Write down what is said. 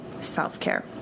self-care